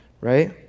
right